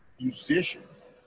musicians